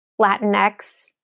Latinx